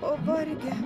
o varge